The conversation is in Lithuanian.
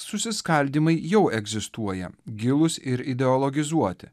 susiskaldymai jau egzistuoja gilūs ir ideologizuoti